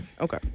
okay